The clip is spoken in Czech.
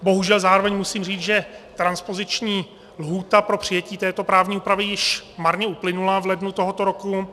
Bohužel zároveň musím říct, že transpoziční lhůta pro přijetí této právní úpravy již marně uplynula v lednu tohoto roku.